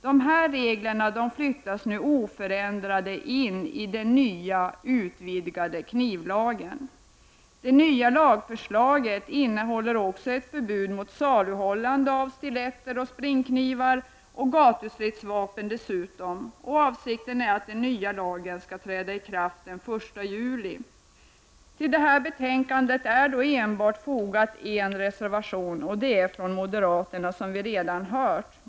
Dessa regler flyttas nu oförändrade in i den nya, utvidgade knivlagen. Förslaget till ny lag innehåller också ett förbud mot saluhållande av stiletter och springknivar och dessutom gatustridsvapen. Avsikten är att den nya lagen skall träda i kraft den 1 juli. Till det föreliggande betänkandet är fogat enbart en reservation. Den är, som vi redan har hört, avgiven av moderaterna.